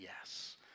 Yes